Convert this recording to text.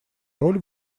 роль